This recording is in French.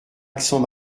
accent